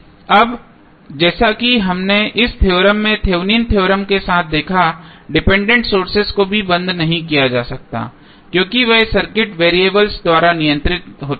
अब जैसा कि हमने इस थ्योरम में थेवेनिन थ्योरम Thevenins theorem के साथ देखा डिपेंडेंट सोर्सेज को भी बंद नहीं किया जा सकता क्योंकि वे सर्किट वेरिएबल्स द्वारा नियंत्रित होते हैं